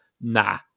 nah